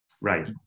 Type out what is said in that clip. Right